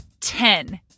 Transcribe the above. ten